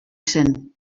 zen